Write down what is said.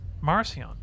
marcion